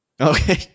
Okay